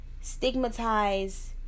stigmatize